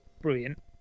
brilliant